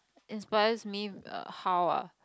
inspires me how ah